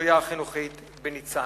הקריה החינוכית בניצנה.